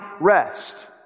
rest